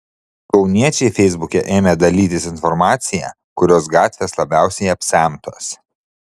kauniečiai feisbuke ėmė dalytis informacija kurios gatvės labiausiai apsemtos